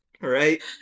right